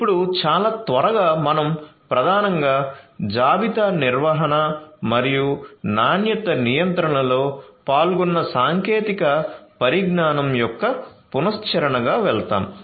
ఇప్పుడు చాలా త్వరగా మనం ప్రధానంగా జాబితా నిర్వహణ మరియు నాణ్యత నియంత్రణలో పాల్గొన్న సాంకేతిక పరిజ్ఞానం యొక్క పునశ్చరణగా వెళ్తాము